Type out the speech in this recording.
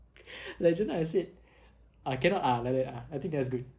like just now I said ah cannot ah like that ah I think that was good